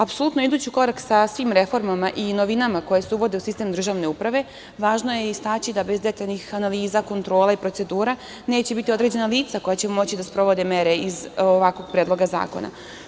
Apsolutno, idući u korak sa svim reformama i novinama koje se uvode u sistem državne uprave, važno je istaći da bez detaljnih analiza, kontrole i procedura, neće biti određena lica koja će moći da sprovode mere iz ovakvog predloga zakona.